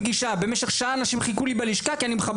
המעבר של האגף למעונות יום נעשה שלא באמצעות חקיקה למשרד